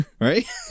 Right